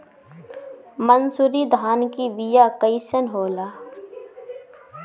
मनसुरी धान के बिया कईसन होला?